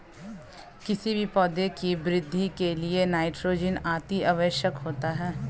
किसी भी पौधे की वृद्धि के लिए नाइट्रोजन अति आवश्यक होता है